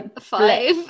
Five